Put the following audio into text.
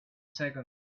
seconds